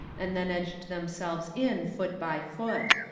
and then edged themselves in foot by foot.